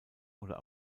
oder